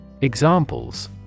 Examples